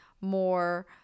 more